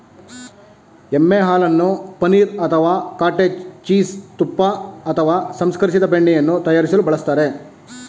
ಎಮ್ಮೆ ಹಾಲನ್ನು ಪನೀರ್ ಅಥವಾ ಕಾಟೇಜ್ ಚೀಸ್ ತುಪ್ಪ ಅಥವಾ ಸಂಸ್ಕರಿಸಿದ ಬೆಣ್ಣೆಯನ್ನು ತಯಾರಿಸಲು ಬಳಸ್ತಾರೆ